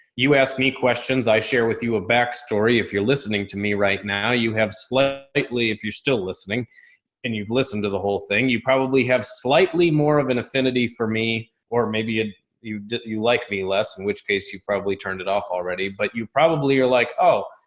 you ask me questions, i share with you a backstory. if you're listening to me right now, you have slept lightly. if you're still listening and you've listened to the whole thing, you probably have slightly more of an affinity for me or maybe you you like me less, in which case you probably turned it off already, but you probably are like, oh,